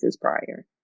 prior